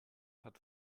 hat